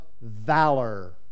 valor